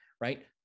right